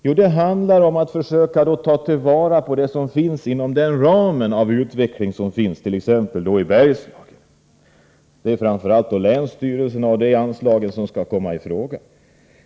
Jo, det handlar om att försöka ta till vara det som finns inom den befintliga utvecklingsramen t.ex. i Bergslagen. Det är då framför allt länsstyrelserna och de anslag dessa disponerar som skall komma i fråga.